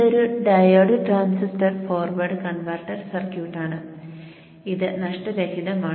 ഇതൊരു diode transistor forward converter സർക്യൂട്ടാണ് ഇത് നഷ്ടരഹിതമാണ്